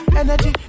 energy